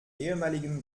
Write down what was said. ehemaligen